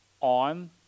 on